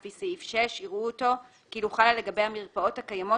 לפי סעיף 6 יראו אותו כאילו חלה לגבי המרפאות הקיימות